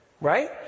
Right